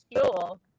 fuel